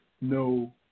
no